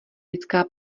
lidská